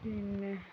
പിന്നെ